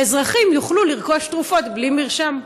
ואזרחים יוכלו לרכוש תרופות בלי מרשם.